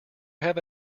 have